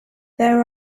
there